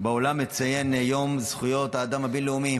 העולם מציין את יום זכויות האדם הבין-לאומי,